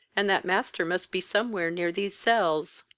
and that master must be somewhere near these cells.